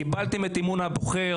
קיבלתם את אמון הבוחר,